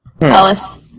Alice